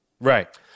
Right